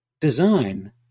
design